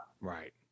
Right